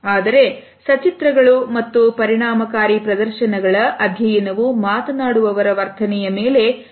ಆದರೆ ಸಚಿತ್ರಗಳು ಮತ್ತು ಪರಿಣಾಮಕಾರಿ ಪ್ರದರ್ಶನಗಳ ಅಧ್ಯಯನವು ಮಾತನಾಡುವವರ ವರ್ತನೆಯ ಮೇಲೆ ಕೇಂದ್ರೀಕರಿಸುತ್ತದೆ